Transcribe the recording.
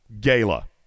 Gala